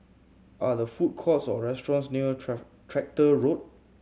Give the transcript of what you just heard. are the food courts or restaurants near Tractor Road